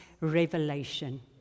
revelation